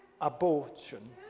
abortion